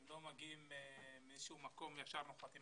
הם לא מגיעים משום מקום וישר נוחתים